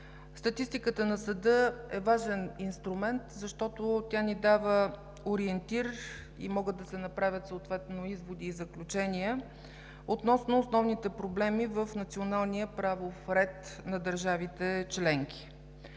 Статистиката на Съда е важен инструмент, защото тя ни дава ориентир и могат да се направят съответно изводи и заключения относно основните проблеми в националния правов ред на държавите членки.